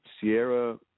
Sierra